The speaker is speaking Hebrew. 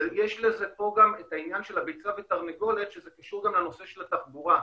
יש פה גם עניין של ביצה ותרנגולת שקשור גם לנושא של התחבורה.